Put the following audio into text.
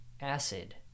acid